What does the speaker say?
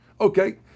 Okay